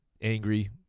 angry